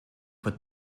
put